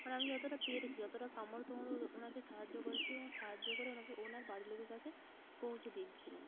মানে আমি যতটা পেরেছি যতটা সামর্থ্য মতো ওনাকে সাহায্য করেছি এবং সাহায্য করে ওনাকে ওনার বাড়ির লোকের কাছে পৌঁছে দিয়ে এসেছিলাম